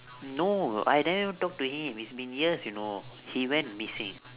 no I never even talk to him it's been years you know he went missing